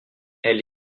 elle